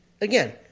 again